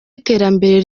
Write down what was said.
iterambere